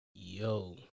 Yo